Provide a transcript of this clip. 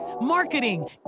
marketing